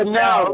no